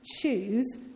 choose